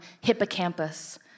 hippocampus